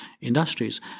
industries